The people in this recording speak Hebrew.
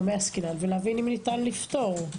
במה עסקינן ולהבין אם ניתן לפתור.